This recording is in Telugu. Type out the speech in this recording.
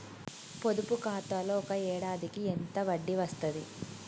పొదుపు ఖాతాలో ఒక ఏడాదికి ఎంత వడ్డీ వస్తది?